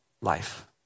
life